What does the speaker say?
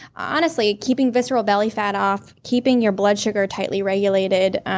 honestly keeping visceral belly fat off, keeping your blood sugar tightly regulated,